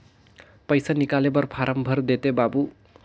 पइसा निकाले बर फारम भर देते बाबु?